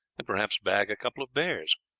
and perhaps bag a couple of bears.